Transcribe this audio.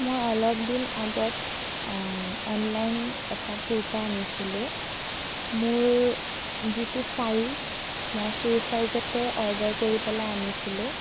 মই অলপদিন আগত অনলাইন এটা কুৰ্টা আনিছিলোঁ মোৰ যিটো ছাইজ মই সেই ছাইজতে অৰ্ডাৰ কৰি পেলাই আনিছিলোঁ